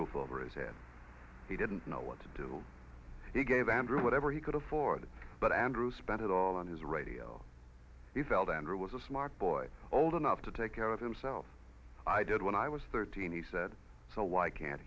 roof over his head he didn't know what to do he gave andrew whatever he could afford but andrew spent it all on his radio he felt andrew was a smart boy old enough to take care of himself i did when i was thirteen he said so why can't